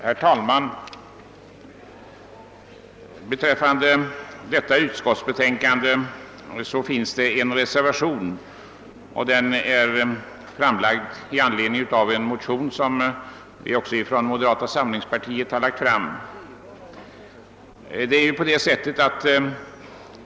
Herr talman! Till detta utskottsbetän kande finns fogad en reservation, avgiven i anledning av en motion som vi från moderata samlingspartiet har lagt fram.